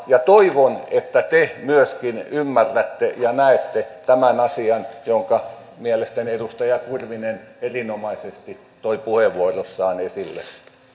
ja toivon että myöskin te ymmärrätte ja näette tämän asian jonka mielestäni edustaja kurvinen erinomaisesti toi puheenvuorossaan esille